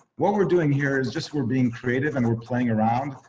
what we're doing here is just we're being creative, and we're playing around.